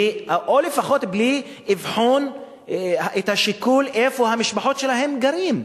או לפחות לבחון את השיקול איפה המשפחות שלהם גרות.